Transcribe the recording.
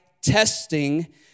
testing